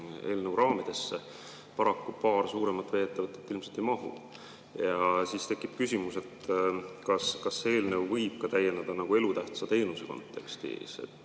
eelnõu raamidesse. Paraku paar suuremat vee-ettevõtet ilmselt ei mahu. Tekib küsimus, kas see eelnõu võib ka täiendada elutähtsa teenuse konteksti.